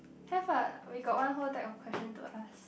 have ah we got one whole deck of questions to ask